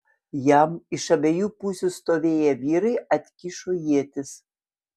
jam iš abiejų pusių stovėję vyrai atkišo ietis